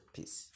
Peace